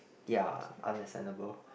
ya understandable